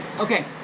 Okay